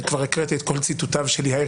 כי כבר קראתי את כל ציטוטיו של יאיר